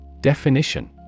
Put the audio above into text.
Definition